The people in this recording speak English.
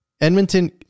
Edmonton